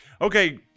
Okay